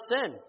sin